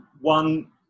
one